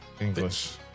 English